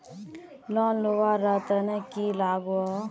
Loan लुवा र तने की लगाव?